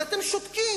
אבל אתם שותקים,